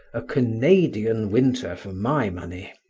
a canadian winter for my money,